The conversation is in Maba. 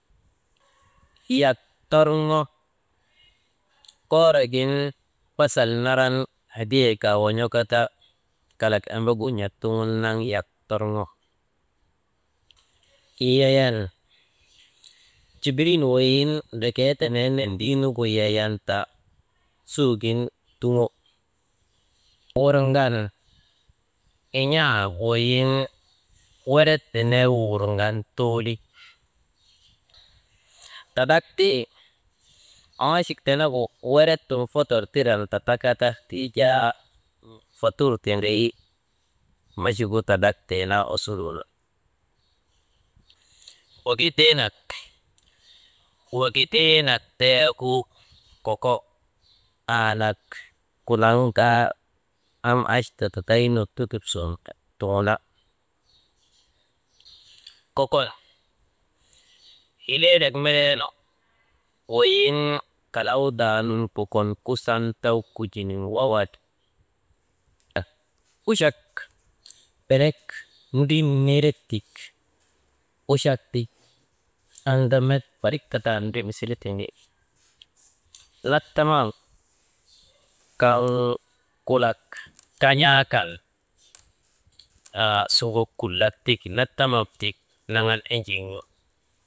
Yak torŋo koorogin basal naran hadiyee kaawon̰okati kalak embegu n̰ak tugun naŋan yak torŋo, yayan jidrin weyiŋ drekee tenee n̰endii nuŋgu yayan ta suugun tuŋo wurŋan in̰aa weyiŋ werde ner wurŋan tooli, tadrakte kamachuk tenegu weret tun fototor tiran tataka ta, tii jaa fatur tindri, machugu tandrak tee naa osurun. Wagideenak, wegideenak beregu koko aanak Kundan kaa am achta tata nun kutuk sun tuŋuna. Koko hileelek meleenu weyiŋ kalawdaa nun kokon kusan ti kujinin wawari. Kuchat berek ndemnirek ti. Kuchak ti anga met barik tatan ndrim su tindi. Nattanaŋ kaŋ kulak kan̰aa kan aa suŋok kulak tik nattanaŋ tik naŋan enjii n̰u.